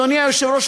אדוני היושב-ראש,